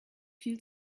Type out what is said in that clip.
viel